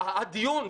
הדיון,